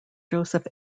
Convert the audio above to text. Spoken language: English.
joseph